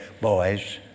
boys